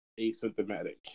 asymptomatic